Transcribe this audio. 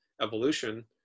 evolution